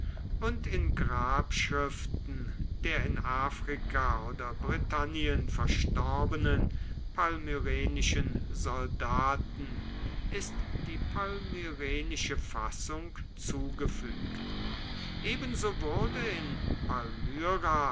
und in grabschriften der in afrika oder britannien verstorbenen palmyrenischen soldaten ist die palmyrenische fassung zugefügt ebenso wurde in